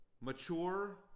mature